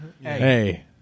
Hey